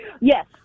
Yes